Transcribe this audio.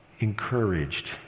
encouraged